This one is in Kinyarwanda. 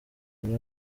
nawe